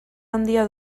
handia